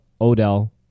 Odell